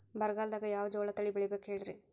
ಬರಗಾಲದಾಗ್ ಯಾವ ಜೋಳ ತಳಿ ಬೆಳಿಬೇಕ ಹೇಳ್ರಿ?